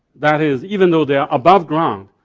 that is even though they are above ground,